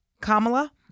Kamala